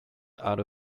out